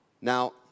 Now